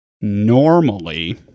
Normally